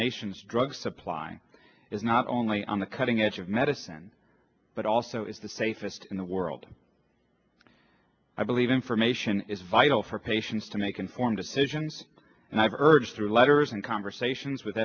nation's drug supply is not only on the cutting edge of medicine but also is the safest in the world i believe information is vital for patients to make informed decisions and i've urged through letters and conversations with